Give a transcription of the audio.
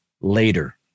later